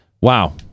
wow